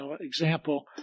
example